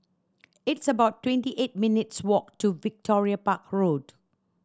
it's about twenty eight minutes' walk to Victoria Park Road